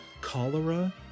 Cholera